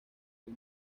del